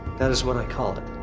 that is what i called it.